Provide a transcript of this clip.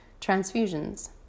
transfusions